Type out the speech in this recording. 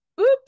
Oops